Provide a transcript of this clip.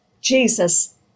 Jesus